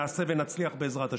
נעשה ונצליח, בעזרת השם.